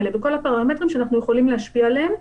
בכל הפרמטרים שאנחנו יכולים להשפיע עליהם.